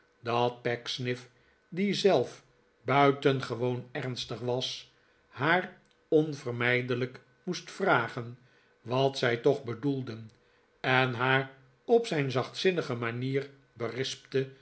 dat pecksniff die zelf buitengewoon ernstig was haar onvermijdelijk moest vragen wat zij toch bedoelden en haar op zijn zachtzinnige manier berispte